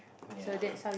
ya